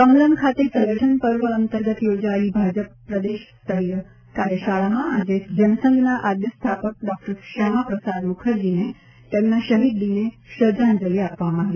કમલમ ખાતે સંગઠન પર્વ અંતર્ગત યોજાયેલી ભાજપ પ્રદેશ સ્તરીય કાર્યશાળામાં આજે જનસંઘના આઘ સ્થાપક ડોક્ટર શ્યામા પ્રસાદ મુખરજીને તેમના શહિદ દિને શ્રધ્યાંજલિ આપવામાં આવી